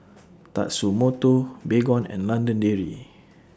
Tatsumoto Baygon and London Dairy